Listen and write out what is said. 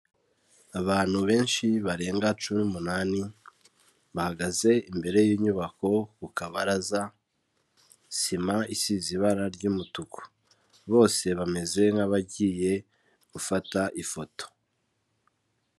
Abantu benshi barenga cumi n'umunani bahagaze imbere y'inyubako ku kabaraza, sima isize ibara ry'umutuku. Bose bameze nk'abagiye gufata ifoto.